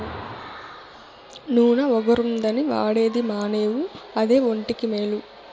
నూన ఒగరుగుందని వాడేది మానేవు అదే ఒంటికి మేలు